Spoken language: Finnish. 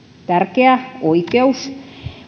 tärkeä oikeus